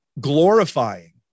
glorifying